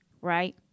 right